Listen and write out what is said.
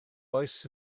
oes